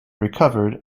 recovered